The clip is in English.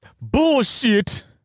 bullshit